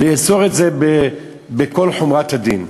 לאסור את זה בכל חומרת הדין.